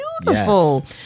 beautiful